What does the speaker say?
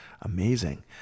amazing